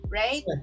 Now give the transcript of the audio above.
right